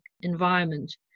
environment